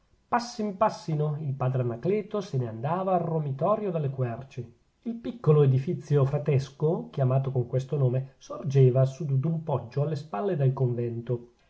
passin passino il padre anacleto se ne andava al romitorio delle querci il piccolo edifizio fratesco chiamato con questo nome sorgeva su d'un poggio alle spalle del convento